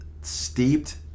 steeped